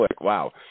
Wow